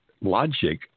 logic